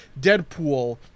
Deadpool